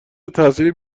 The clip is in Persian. تاثیر